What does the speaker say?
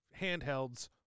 handhelds